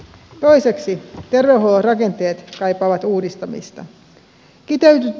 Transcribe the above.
toiseksi terveydenhuollon rakenteet kaipaavat uudistamista